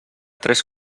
tres